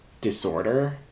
disorder